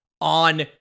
on